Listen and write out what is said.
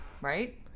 right